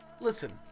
listen